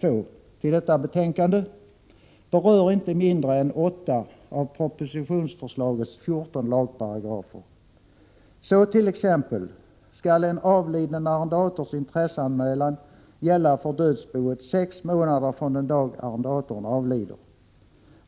2 till detta betänkande, berör inte mindre än 8 av propositionsförslagets 14 lagparagrafer. Så t.ex. skall en avliden arrendators intresseanmälan gälla för dödsboet sex månader från den dag arrendatorn avlider.